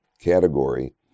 category